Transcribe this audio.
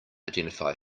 identify